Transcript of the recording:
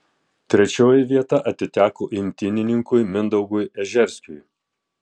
trečioji vieta atiteko imtynininkui mindaugui ežerskiui